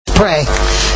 pray